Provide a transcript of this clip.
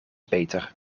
beter